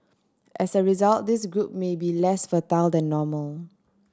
as a result this group may be less fertile than normal